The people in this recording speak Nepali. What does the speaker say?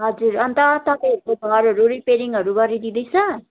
हजुर अन्त तपाईँहरूको घरहरू रिपेरिङहरू गरिदिँदैछ